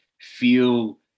feel